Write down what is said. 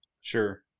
Sure